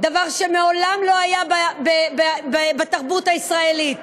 דבר שמעולם לא היה בתרבות הישראלית.